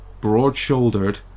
broad-shouldered